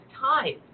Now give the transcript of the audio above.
time